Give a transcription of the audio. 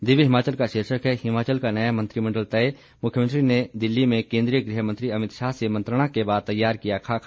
दिव्य हिमाचल का शीर्षक है हिमाचल का नया मंत्रिमंडल तय मुख्यमंत्री ने दिल्ली में केंद्रीय गृह मंत्री अमित शाह से मंत्रणा के बाद तैयार किया खाका